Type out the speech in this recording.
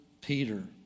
Peter